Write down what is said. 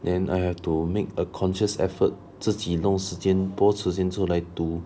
then I have to make a conscious effort 自己弄时间多时间出来读